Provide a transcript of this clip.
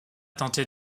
tenter